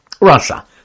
Russia